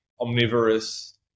omnivorous